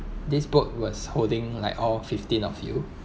this boat was holding like all fifteen of you